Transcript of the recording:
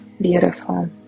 Beautiful